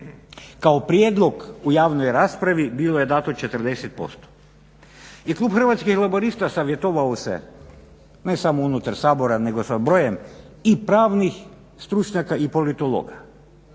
kao prijedlog u javnoj raspravi bilo je dato 40% i klub Hrvatskih laburista savjetovao se ne samo unutar Sabora nego sa brojem i pravnih stručnjaka i politologa